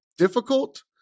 Difficult